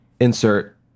insert